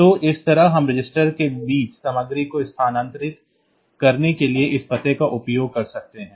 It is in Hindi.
तो इस तरह हम रजिस्टरों के बीच सामग्री को स्थानांतरित करने के लिए इस पते का उपयोग कर सकते हैं